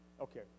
Okay